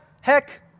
heck